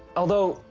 although,